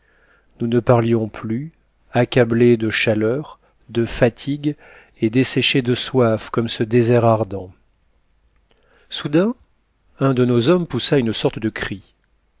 nous ne parlions plus accablés de chaleur de fatigue et desséchés de soif comme ce désert ardent soudain un de ces hommes poussa une sorte de cri